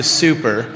super